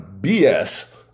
BS